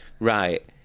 Right